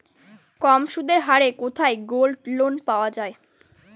কম সুদের হারে কোথায় গোল্ডলোন পাওয়া য়ায়?